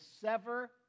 sever